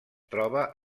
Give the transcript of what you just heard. troba